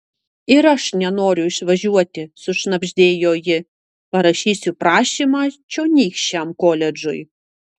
ir aš nenoriu išvažiuoti sušnabždėjo ji parašysiu prašymą čionykščiam koledžui